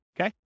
Okay